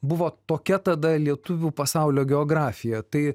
buvo tokia tada lietuvių pasaulio geografija tai